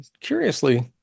curiously